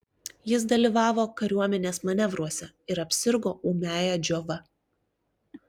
jis dalyvavo kariuomenės manevruose ir apsirgo ūmiąja džiova